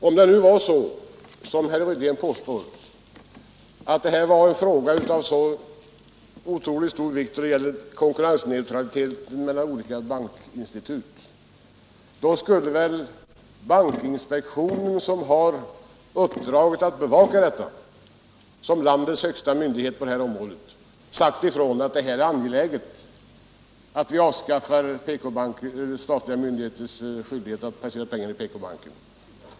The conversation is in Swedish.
Om det nu var så som herr Rydén påstår att detta var en fråga av så otroligt stor vikt då det gäller konkurrensneutraliteten mellan olika bankinstitut, skulle väl bankinspektionen, som har uppdraget att bevaka detta i egenskap av landets högsta myndighet på området, ha sagt ifrån att det är angeläget att avskaffa statliga myndigheters skyldighet att placera pengar i PK-banken.